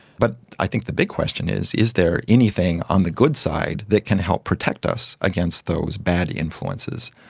but i think the big question is, is there anything on the good side that can help protect us against those bad influences.